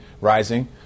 rising